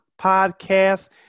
podcast